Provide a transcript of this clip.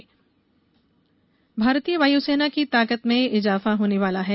Rafale भारतीय वायुसेना की ताकत में इजाफा होने वाला है